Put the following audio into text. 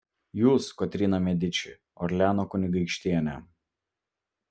jūs kotryna mediči orleano kunigaikštienė